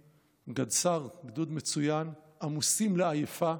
גדס"ר, גדוד מצוין, עמוסים לעייפה,